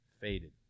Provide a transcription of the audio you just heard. faded